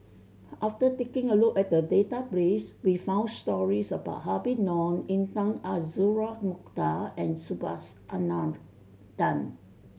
after taking a look at the database we found stories about Habib Noh Intan Azura Mokhtar and Subhas Anandan